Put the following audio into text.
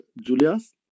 Julius